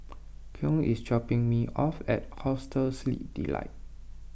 Cleon is dropping me off at Hostel Sleep Delight